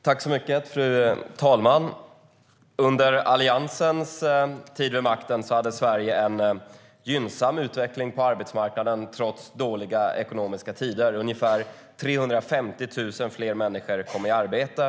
STYLEREF Kantrubrik \* MERGEFORMAT Svar på interpellationerFru talman! Under Alliansens tid vid makten hade Sverige en gynnsam utveckling på arbetsmarknaden, trots dåliga ekonomiska tider. Ungefär 350 000 fler människor kom i arbete.